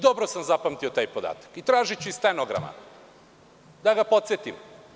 Dobro sam zapamtio taj podatak i tražiću i stenogram, da ga podsetim.